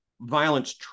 violence